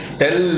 tell